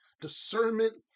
discernment